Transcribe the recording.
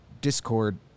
Discord